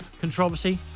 controversy